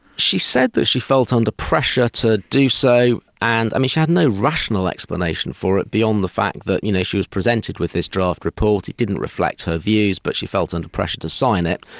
she said that she felt under pressure to do so, and i mean she had no rational explanation for it beyond the fact that you know she was presented with this draft report, it didn't reflect her views, but she felt under pressure to sign it,